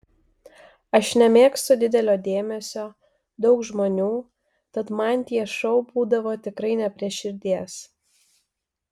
aš nemėgstu didelio dėmesio daug žmonių tad man tie šou būdavo tikrai ne prie širdies